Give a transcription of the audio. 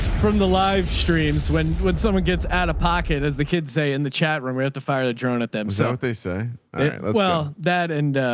from the live streams. when, when someone gets out of pocket, as the kids say and the chat room, we at the fire, the drone at them. so if they say well that, and, ah,